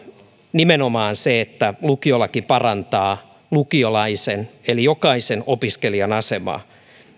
nimenomaan se että lukiolaki parantaa lukiolaisen eli jokaisen opiskelijan asemaa